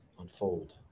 unfold